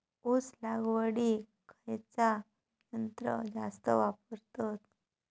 ऊस लावडीक खयचा यंत्र जास्त वापरतत?